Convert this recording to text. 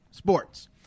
sports